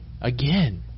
again